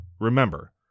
remember